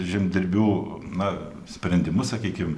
žemdirbių na sprendimus sakykim